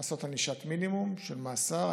לעשות ענישת מינימום של מאסר.